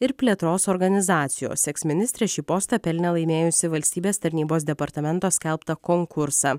ir plėtros organizacijos eksministrė šį postą pelnė laimėjusi valstybės tarnybos departamento skelbtą konkursą